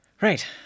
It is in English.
Right